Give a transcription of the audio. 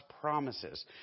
promises